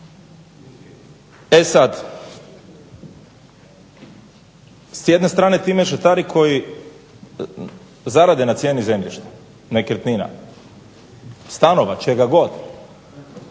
E sad, s jedne strane ti mešetari koji zarade na cijeni zemljišta, nekretnina, stanova, čega god,